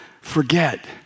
forget